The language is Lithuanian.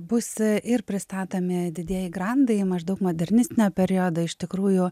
bus ir pristatomi didieji grandai maždaug modernistinio periodo iš tikrųjų